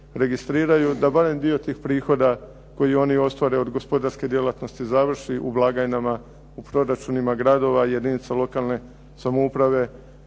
registriraju, da barem dio tih prihoda koji oni ostvare od gospodarske djelatnosti završi u blagajnama, u proračunima gradova jedinica lokalne samouprave